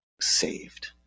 saved